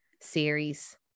series